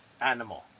animal